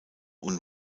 und